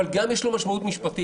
אבל גם יש לו משמעות משפטית.